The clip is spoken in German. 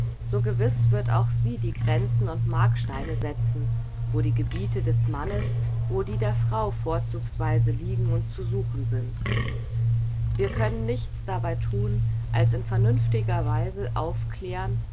so gewiß wird auch sie die gränzen und marksteine setzen wo die gebiete des mannes wo die der frau vorzugsweise liegen und zu suchen sind wir können nichts dabei thun als in vernünftiger weise aufklären